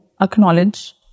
acknowledge